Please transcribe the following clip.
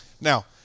Now